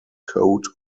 coat